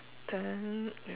then